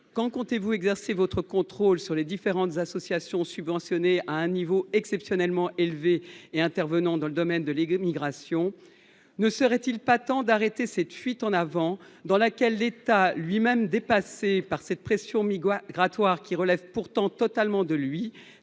Quand comptez vous exercer votre contrôle sur les différentes associations subventionnées à un niveau exceptionnellement élevé et intervenant dans le domaine de l’immigration ? N’est il pas temps de mettre un terme à cette fuite en avant dans laquelle l’État, dépassé par une pression migratoire dont il a pourtant l’entière